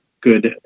good